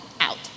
out